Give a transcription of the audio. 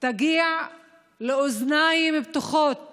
תגיע לאוזניים פתוחות